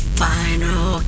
final